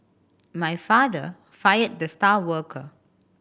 my father fired the star worker